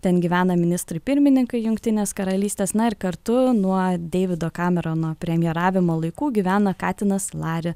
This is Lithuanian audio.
ten gyvena ministrai pirmininkai jungtinės karalystės na ir tu nuo deivido kamerono premjeravimo laikų gyvena katinas lari